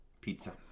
Pizza